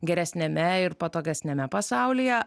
geresniame ir patogesniame pasaulyje